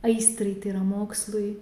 aistrai tai yra mokslui